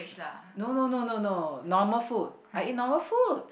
no no no no no normal food I eat normal food